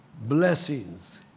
blessings